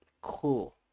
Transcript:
cool